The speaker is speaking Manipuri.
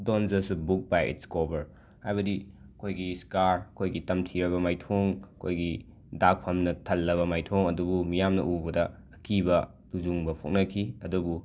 ꯗꯣꯟ ꯖꯁ a book by its cover ꯍꯥꯏꯕꯗꯤ ꯑꯩꯈꯣꯏꯒꯤ ꯁ꯭ꯀꯥꯔ ꯑꯩꯈꯣꯏꯒꯤ ꯇꯝꯊꯤꯔꯕ ꯃꯥꯏꯊꯣꯡ ꯑꯩꯈꯣꯏꯒꯤ ꯗꯥꯛꯐꯝꯅ ꯊꯜꯂꯕ ꯃꯥꯏꯊꯣꯡ ꯑꯗꯨꯕꯨ ꯃꯤꯌꯥꯝꯅ ꯎꯕꯗ ꯑꯀꯤꯕ ꯇꯨꯖꯨꯡꯕ ꯄꯣꯛꯅꯈꯤ ꯑꯗꯨꯕꯨ